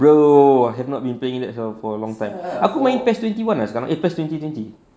bro I have not been playing in that long for a long time aku main best twenty one ah sekarang eh best twenty twenty